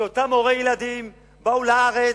שאותם הורי ילדים באו לארץ,